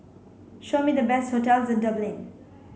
show me the best hotels in Dublin